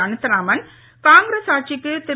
அனந்தராமன் காங்கிரஸ் ஆட்சிக்கு திரு